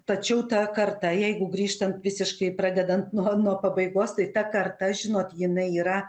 tačiau ta karta jeigu grįžtant visiškai pradedant nuo nuo pabaigos tai ta karta žinot jinai yra